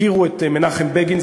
הכירו את מנחם בגין,